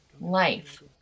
life